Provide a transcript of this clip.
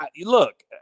look